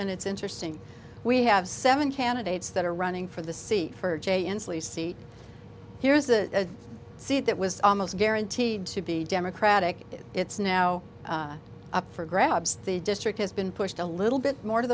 and it's interesting we have seven candidates that are running for the c for jay inslee seat here's a seat that was almost guaranteed to be democratic it's now up for grabs the district has been pushed a little bit more to